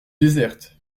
déserte